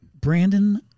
Brandon